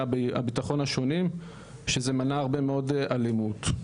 הביטחון השונים שזה מנע הרבה מאוד אלימות.